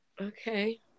Okay